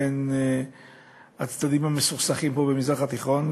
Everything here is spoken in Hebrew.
בין הצדדים המסוכסכים פה במזרח התיכון.